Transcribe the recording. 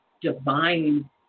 divine